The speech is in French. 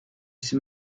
c’est